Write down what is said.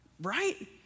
Right